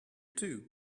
too